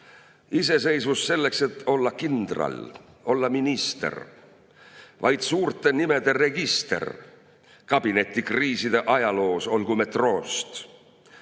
Iseseisvus selleks, et olla kindral, olla minister? ... Vaid suurte nimede register kabineti kriiside ajaloos olgu me troost!